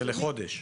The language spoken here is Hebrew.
זה לחודש.